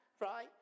right